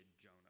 Jonah